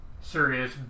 serious